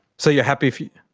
so you're happy,